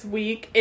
week